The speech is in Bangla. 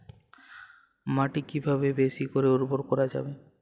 মাটি কিভাবে বেশী করে উর্বর করা যাবে?